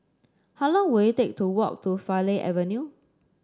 how long will it take to walk to Farleigh Avenue